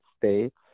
States